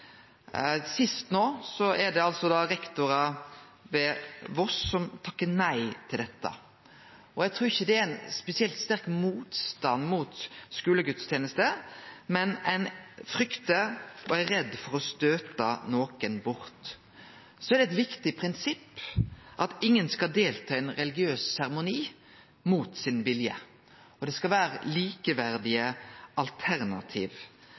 Sist no er det rektorar på Voss som takkar nei til dette. Eg trur ikkje det er ein spesielt sterk motstand mot skulegudstenester, men ein fryktar å støyte nokon bort. Det er eit viktig prinsipp at ingen skal delta i ein religiøs seremoni mot sin vilje, og det skal vere likeverdige alternativ.